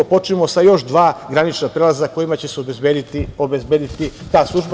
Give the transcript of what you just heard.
Počnimo sa još dva granična prelaza kojima će se obezbediti ta služba.